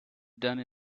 done